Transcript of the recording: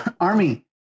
Army